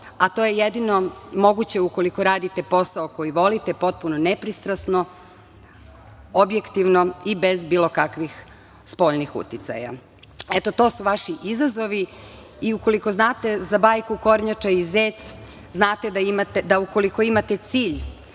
a to je jedino moguće ukoliko radite posao koji volite, potpuno nepristrasno, objektivno i bez bilo kakvih spoljnih uticaja. To su vaši izazovi i ukoliko znate za bajku "Kornjača i zec", znate da ukoliko imate cilj,